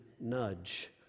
nudge